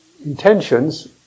intentions